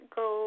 go